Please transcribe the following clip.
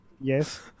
Yes